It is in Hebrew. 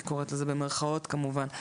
אני קוראת לזה במירכאות כמובן.